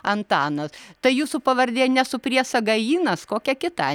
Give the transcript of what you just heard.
antanas tai jūsų pavardė ne su priesaga ynas kokia kita